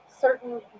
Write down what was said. certain